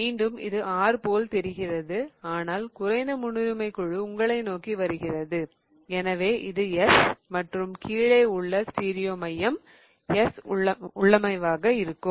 மீண்டும் இது R போல் தெரிகிறது ஆனால் குறைந்த முன்னுரிமைக் குழு உங்களை நோக்கி வருகிறது எனவே இது S மற்றும் இங்கே கீழே உள்ள ஸ்டீரியோ மையம் S உள்ளமைவாக இருக்கும்